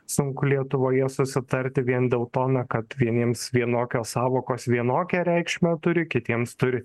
sunku lietuvoje susitarti vien dėl to na kad vieniems vienokios sąvokos vienokią reikšmę turi kitiems turi